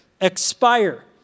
expire